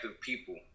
people